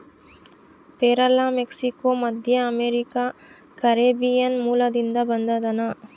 ಪೇರಲ ಮೆಕ್ಸಿಕೋ, ಮಧ್ಯಅಮೇರಿಕಾ, ಕೆರೀಬಿಯನ್ ಮೂಲದಿಂದ ಬಂದದನಾ